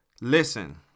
listen